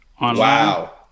wow